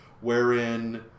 wherein